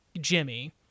Jimmy